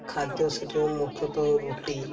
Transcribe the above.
ଖାଦ୍ୟ ସେଠି ମୁଖ୍ୟତଃ ରୁଟି